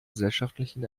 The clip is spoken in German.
gesellschaftlichen